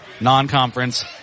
non-conference